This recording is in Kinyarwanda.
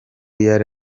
yari